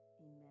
Amen